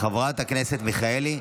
חברת הכנסת מיכאלי,